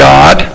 God